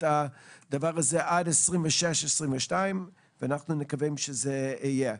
הדבר הזה עד 2026 ואנחנו מקווים שזה יהיה.